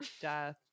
death